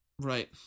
Right